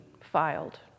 filed